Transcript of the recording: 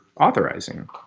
authorizing